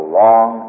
long